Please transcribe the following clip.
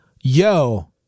yo